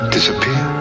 Disappear